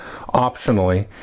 optionally